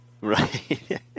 Right